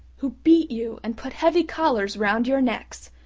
who beat you, and put heavy collars round your necks,